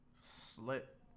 slit